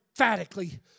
emphatically